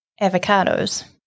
Avocados